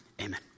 amen